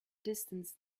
distance